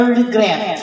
regret